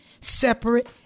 separate